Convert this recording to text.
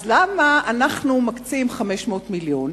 אז למה אנחנו מקצים 500 מיליון?